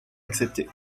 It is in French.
acceptée